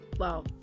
Wow